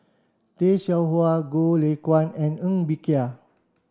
Tay Seow Huah Goh Lay Kuan and Ng Bee Kia